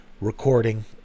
recording